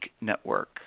Network